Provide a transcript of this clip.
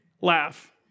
Laugh